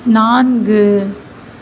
நான்கு